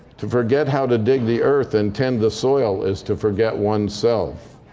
to forget how to dig the earth and tend the soil is to forget oneself.